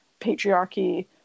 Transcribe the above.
patriarchy